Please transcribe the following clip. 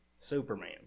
Superman